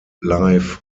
life